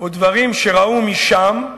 ודברים שראו משם,